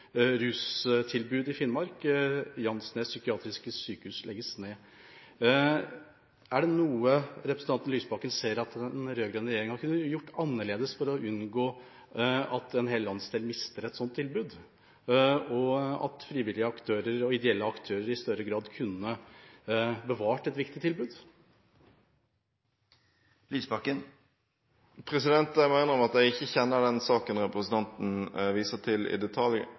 rustilbud i Finnmark. Jansnes psykiatriske sykehus legges ned. Er det noe representanten Lysbakken ser at den rød-grønne regjeringa kunne gjort annerledes for å unngå at en hel landsdel mister et sånt tilbud, og at frivillige og ideelle aktører i større grad kunne bevart et viktig tilbud? Jeg må innrømme at jeg ikke kjenner den saken representanten viser til, i detalj,